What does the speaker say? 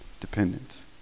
dependence